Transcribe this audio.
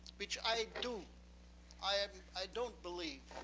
which i do i um i don't believe